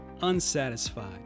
unsatisfied